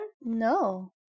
No